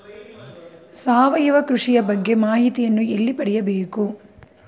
ಸಾವಯವ ಕೃಷಿಯ ಬಗ್ಗೆ ಮಾಹಿತಿಯನ್ನು ಎಲ್ಲಿ ಪಡೆಯಬೇಕು?